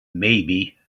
maybe